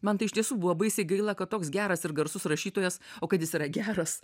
man iš tiesų buvo baisiai gaila kad toks geras ir garsus rašytojas o kad jis yra geras